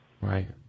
Right